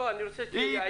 לא, אני רוצה שזה יהיה יעיל.